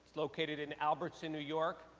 located in albertson, new york.